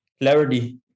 Clarity